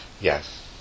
Yes